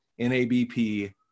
NABP